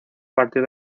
partir